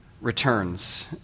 returns